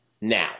now